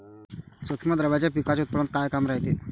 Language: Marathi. सूक्ष्म द्रव्याचं पिकाच्या उत्पन्नात का काम रायते?